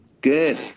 good